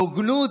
בהוגנות,